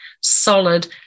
solid